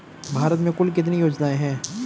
भारत में कुल कितनी योजनाएं हैं?